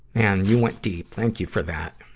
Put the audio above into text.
and you went deep. thank you for that.